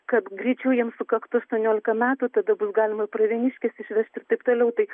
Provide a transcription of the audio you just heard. kad greičiau jiem sukaktų aštuoniuolika metų tada bus galima į pravieniškes išvežt ir taip toliau tai